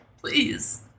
Please